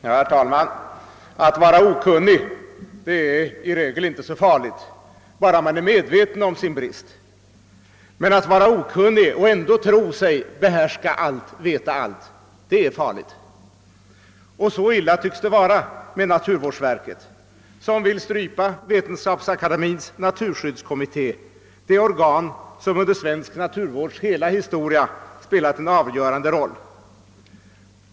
Herr talman! Att vara okunnig är i regel inte så farligt, bara man är medveten om sin brist, men att vara okunnig och ändå tro sig behärska allt och veta allt, det är farligt. Så illa tycks det vara med naturvårdsverket, som vill strypa Vetenskapsakademiens <naturskyddskommitté, det organ som under svensk naturvårds hela historia spelat en avgörande roll.